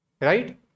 Right